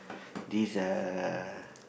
this uh